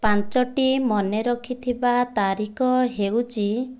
ପାଞ୍ଚଟି ମନେରଖିଥିବା ତାରିଖ ହେଉଛି